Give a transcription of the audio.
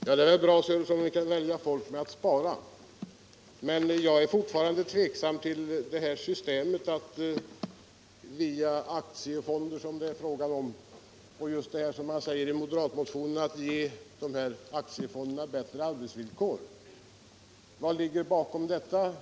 Herr talman! Det är bra om vi kan vänja folk vid att spara. Men jag är fortfarande tveksam inför det här systemet att gå via aktiefonder och att, som man säger i moderatmotionen, ge dessa aktiefonder bättre arbetsvillkor. Vad ligger bakom detta